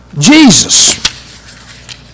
Jesus